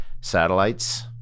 satellites